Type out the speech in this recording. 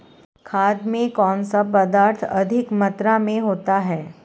खाद में कौन सा पदार्थ अधिक मात्रा में होता है?